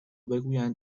بگویند